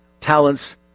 talents